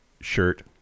shirt